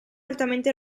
altamente